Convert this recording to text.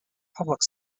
public